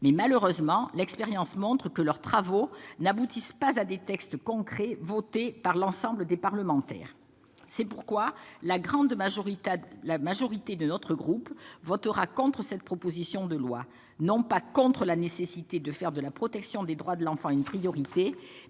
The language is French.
Malheureusement, l'expérience montre que leurs travaux n'aboutissent pas à des textes concrets votés par l'ensemble des parlementaires. C'est la raison pour laquelle la grande majorité de notre groupe votera contre cette proposition de loi- non pas contre la nécessité de faire de la protection des droits de l'enfant une priorité,